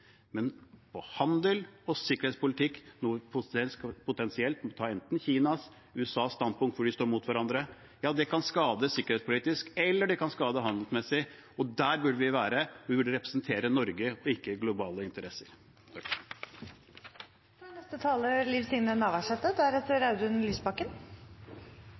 men når det gjelder handel og sikkerhetspolitikk, hvor vi potensielt kan måtte ta enten Kinas eller USAs standpunkt, fordi de står mot hverandre, kan det skade oss sikkerhetspolitisk eller handelsmessig. Der burde vi være – vi burde representere Norge og ikke globale interesser.